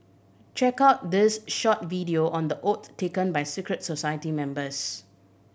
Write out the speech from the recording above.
check out this short video on the oath taken by secret society members